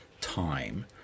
time